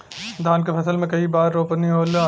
धान के फसल मे कई बार रोपनी होला?